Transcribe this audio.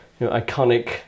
iconic